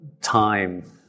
time